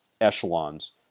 echelons